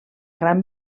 gran